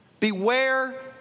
Beware